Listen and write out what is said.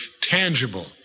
tangible